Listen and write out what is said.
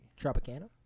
Tropicana